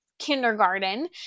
Kindergarten